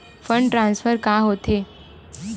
Fund transfer का होथे?